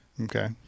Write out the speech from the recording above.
Okay